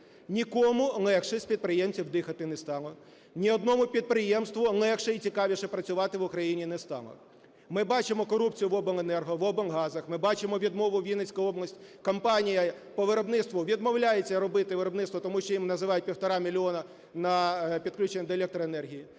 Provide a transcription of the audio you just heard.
Нікому легше з підприємців дихати не стало, ні одному підприємству легше і цікавіше працювати в Україні не стало. Ми бачимо корупцію в обленерго, в облгазах, ми бачимо відмову, Вінницька область, компанія по виробництву відмовляється робити виробництво, тому що їм називають 1,5 мільйона на підключення до електроенергії.